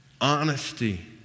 honesty